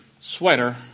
sweater